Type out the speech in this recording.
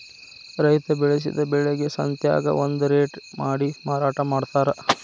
ರೈತಾ ಬೆಳಸಿದ ಬೆಳಿಗೆ ಸಂತ್ಯಾಗ ಒಂದ ರೇಟ ಮಾಡಿ ಮಾರಾಟಾ ಮಡ್ತಾರ